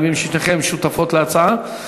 אני מבין ששתיכן שותפות להצעה,